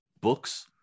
books